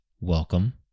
Welcome